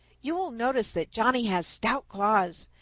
you will notice that johnny has stout claws.